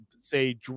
say